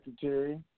Secretary